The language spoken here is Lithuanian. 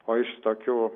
o iš tokių